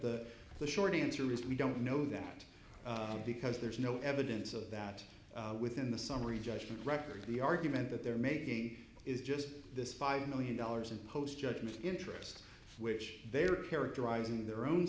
the short answer is we don't know that because there's no evidence of that within the summary judgment record the argument that they're making is just this five million dollars and post judgment interest which they are characterizing their own